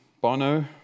Bono